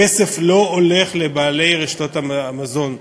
הכסף לא הולך לבעלי רשתות המזון.